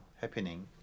happening